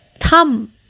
thumb